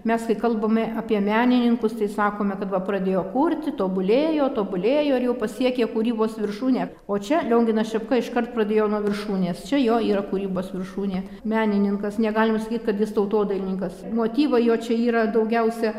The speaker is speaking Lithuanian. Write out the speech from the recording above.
mes kai kalbame apie menininkus tai sakome kad va pradėjo kurti tobulėjo tobulėjo ir jau pasiekė kūrybos viršūnę o čia lionginas šepka iškart pradėjo nuo viršūnės čia jo yra kūrybos viršūnė menininkas negalima sakyt kad jis tautodailininkas motyvai jo čia yra daugiausia